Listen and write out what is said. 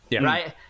right